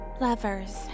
Lovers